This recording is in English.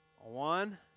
One